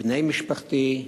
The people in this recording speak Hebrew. בני משפחתי,